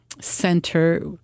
center